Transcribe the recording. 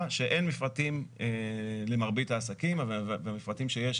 שאין מפרטים למרבית העסקים ומפרטים שיש,